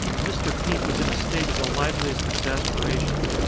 mr. pete was in a state of the liveliest exasperation.